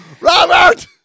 Robert